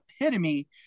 epitome